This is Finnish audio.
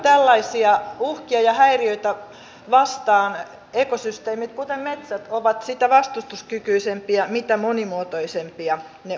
tällaisia uhkia ja häiriöitä vastaan ekosysteemit kuten metsät ovat sitä vastustuskykyisempiä mitä monimuotoisempia ne ovat